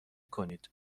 کنید